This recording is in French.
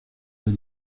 dois